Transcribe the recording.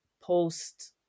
post